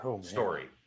story